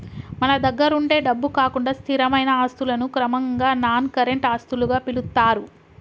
మన దగ్గరుండే డబ్బు కాకుండా స్థిరమైన ఆస్తులను క్రమంగా నాన్ కరెంట్ ఆస్తులుగా పిలుత్తారు